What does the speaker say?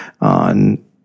on